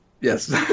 Yes